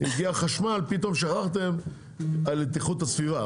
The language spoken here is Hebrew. שהגיע חשמל פתאום שכחתם את איכות הסביבה.